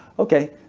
okay,